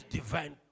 divine